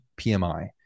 PMI